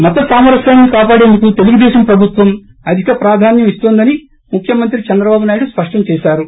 మత సామరస్యాన్పి కాపాడేందుకు తెలుగుదేశం ప్రభుత్వం అధిక ప్రాధాన్యం ఇస్తోందని ముఖ్యమంత్రి చంద్రబాబు నాయుడు స్పష్టం చేశారు